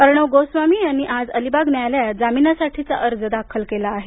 अर्णब गोस्वामी यांनी आज अलिबाग न्यायालयात जामिनासाठीचा अर्ज दाखल केला आहे